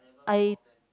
I